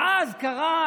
ואז קרתה